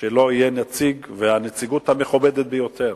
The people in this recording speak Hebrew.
שלא יהיה נציג, והנציגות המכובדת ביותר.